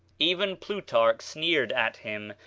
even plutarch sneered at him.